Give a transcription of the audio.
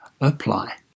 apply